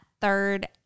third